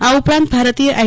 આ ઉપરાંત ભારતીય આઇ